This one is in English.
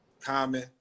Common